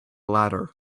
latter